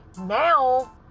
now